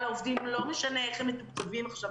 העובדים לא משנה איך הם מתוקצבים עכשיו,